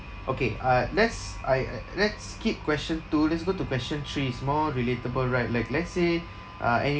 okay uh let's I uh let's skip question two let's go to question three it's more relatable right like let's say uh